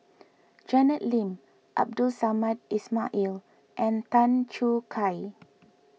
Janet Lim Abdul Samad Ismail Air and Tan Choo Kai